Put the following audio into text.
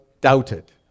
doubted